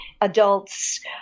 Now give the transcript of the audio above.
adults